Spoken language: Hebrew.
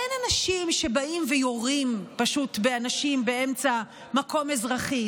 אין אנשים שבאים ויורים פשוט באנשים באמצע מקום אזרחי,